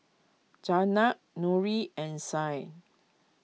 Zaynab Nurin and Syah